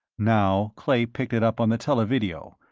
now clay picked it up on the televideo,